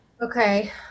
Okay